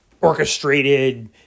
orchestrated